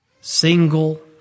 single